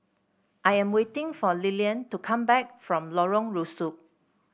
I am waiting for Lilian to come back from Lorong Rusuk